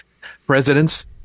presidents